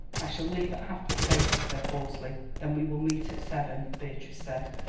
i shall leave at half-past eight, he said hoarsely. then we will meet at seven, beatrice said,